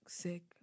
sick